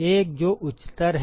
एक जो उच्चतर है